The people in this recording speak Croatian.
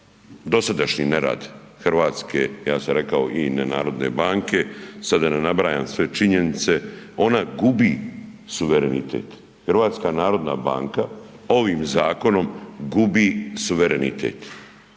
dosadašnji nerad Hrvatske i ja sam rekao i nenarodne banke, sada da ne nabrajam sve činjenice, ona gubi suverenitet. HNB ovim zakonom gubi suverenitet,